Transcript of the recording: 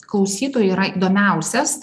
klausytojui yra įdomiausias